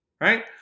Right